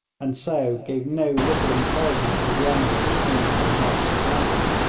and so gave no little encouragement to the enemy hanging on nott's flank.